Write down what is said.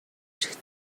чигт